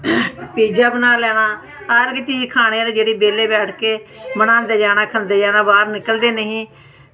pizza बनाई लैना हर इक चीज जेह्ड़ी खानै गी रड़कै बनांदे जाना खंदे जाना बाह्र निकलदे निं ही